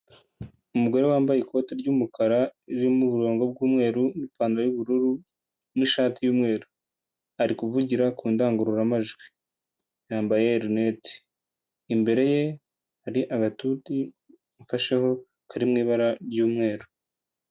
Umugore wambaye ikoti ry'umukara ririmo uburongo bw'umweru n'ipantaro y'ubururu n'ishati y'umweru, ari kuvugira ku ndangururamajwi, yambaye rinete. Imbere ye hari agatuti afasheho kari mu ibara ry'umweru.